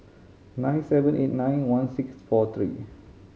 nine seven eight nine one six four three